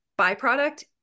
byproduct